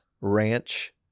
Ranch